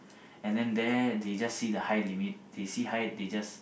and then there they just see the height limit they see height they just